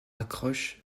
accroche